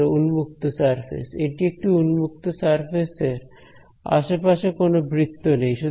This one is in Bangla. ছাত্র উন্মুক্ত সারফেস এটি একটি উন্মুক্ত সারফেস এর আশেপাশে কোন বৃত্ত নেই